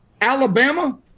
Alabama